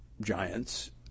giants